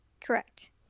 Correct